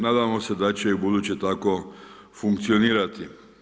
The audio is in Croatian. Nadamo se da će i u buduće tako funkcionirati.